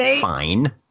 fine